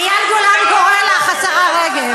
אייל גולן קורא לך, השרה רגב.